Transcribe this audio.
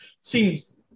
seems